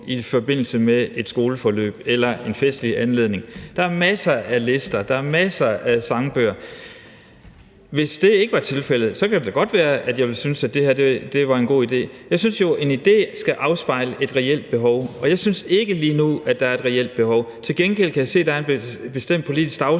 i forbindelse med et skoleforløb eller en festlig anledning. Der er masser af lister, og der er masser af sangbøger. Hvis det ikke var tilfældet, kan det da godt være, at jeg ville synes, at det her var en god idé. Jeg synes jo, at en idé skal afspejle et reelt behov, og jeg synes ikke, at der lige nu er et reelt behov. Til gengæld kan jeg se, at der er en bestemt politisk dagsorden,